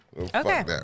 Okay